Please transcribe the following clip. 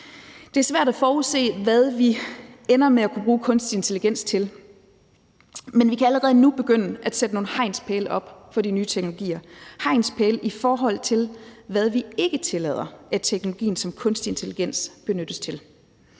Det er svært at forudse, hvad vi ender med at kunne bruge kunstig intelligens til, men vi kan allerede nu begynde at sætte nogle hegnspæle op for de nye teknologier – hegnspæle i forhold til, hvad vi ikke tillader af teknologien, som kunstig intelligens benyttes til.